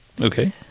Okay